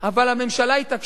אבל הממשלה התעקשה,